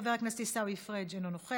חבר הכנסת עיסאווי פריג' אינו נוכח,